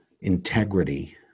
integrity